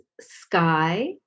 sky